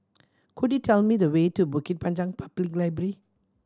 could you tell me the way to Bukit Panjang Public Library